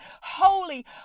holy